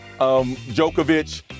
Djokovic